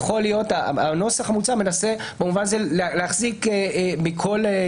הנוסח המוצע מנסה במובן זה להחזיק בחבל